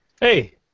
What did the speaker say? Hey